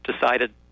decided